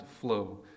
flow